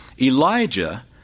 Elijah